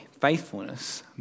faithfulness